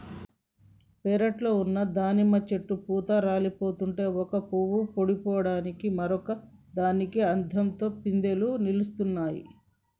పెరట్లో ఉన్న దానిమ్మ చెట్టు పూత రాలిపోతుంటే ఒక పూవు పుప్పొడిని మరొక దానికి అద్దంతో పిందెలు నిలుస్తున్నాయి